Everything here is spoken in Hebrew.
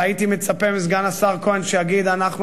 והייתי מצפה מסגן השר כהן שיגיד: אנחנו,